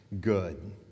good